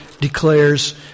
declares